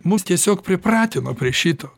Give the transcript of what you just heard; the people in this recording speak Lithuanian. mus tiesiog pripratino prie šito